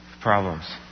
problems